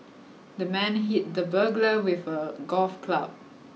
the man hit the burglar with a golf club